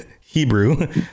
Hebrew